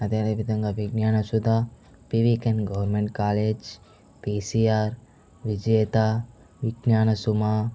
అదేవిధంగా Vignanasudha PVK and government college PCR విజేత విజ్ఞానసుమ